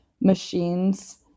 machines